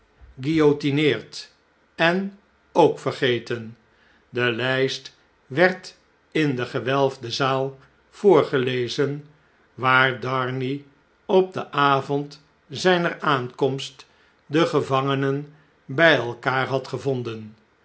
geguillotineerd en ook vergeten de lijst werd in de gewelfde zaal voorgelezen waar darnay op den avond zjner aankomst de gevangenen bij elkaar had gevonden